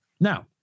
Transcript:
Now